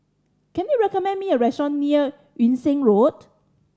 can you recommend me a restaurant near Yung Sheng Road